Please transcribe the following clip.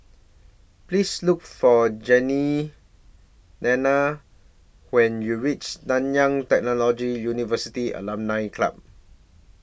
Please Look For Jeannine when YOU REACH Nanyang Technological University Alumni Club